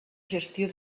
gestió